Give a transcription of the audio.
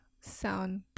sound